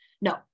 No